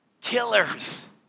killers